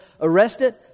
arrested